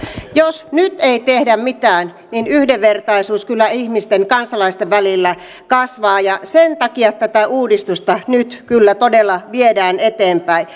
jos nyt ei tehdä mitään niin yhdenvertaisuus kyllä ihmisten kansalaisten välillä kasvaa ja sen takia tätä uudistusta nyt kyllä todella viedään eteenpäin